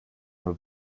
nur